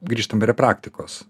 grįžtam prie praktikos